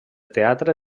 teatre